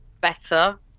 better